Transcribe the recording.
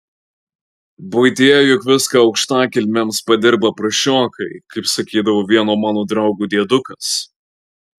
buityje juk viską aukštakilmiams padirba prasčiokai kaip sakydavo vieno mano draugo diedukas